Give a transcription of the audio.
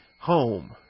home